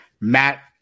Matt